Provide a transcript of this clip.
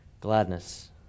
gladness